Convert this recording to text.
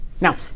Now